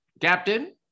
captain